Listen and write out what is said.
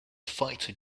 fighter